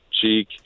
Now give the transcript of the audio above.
cheek